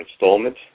installment